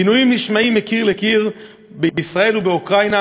גינויים נשמעים מקיר לקיר בישראל ובאוקראינה,